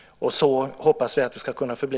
Så hoppas jag att det ska få förbli.